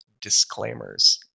disclaimers